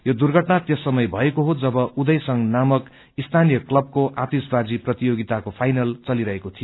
यो दुर्घटना त्यस समय भएको हो जब उदय संघ नामक स्थानीय क्लबको आतिशवाजी प्रतियोगिताको फाइनल चलिरहेको थियो